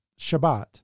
Shabbat